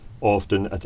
often